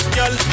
Girl